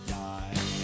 die